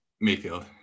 Mayfield